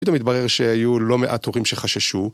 פתאום התברר שהיו לא מעט הורים שחששו